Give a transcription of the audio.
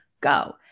go